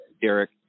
Derek